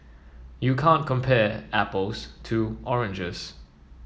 you can't compare apples to oranges